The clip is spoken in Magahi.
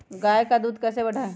गाय का दूध कैसे बढ़ाये?